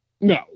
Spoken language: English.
no